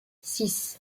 six